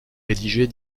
rédigée